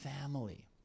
family